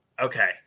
Okay